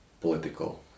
political